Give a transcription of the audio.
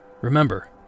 Remember